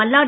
Malladi